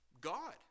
God